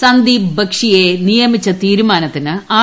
Sandeep N ബക്ഷിയെ നിയമിച്ച തീരുമാനത്തിന് ആർ